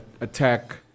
attack